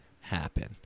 happen